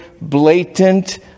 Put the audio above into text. blatant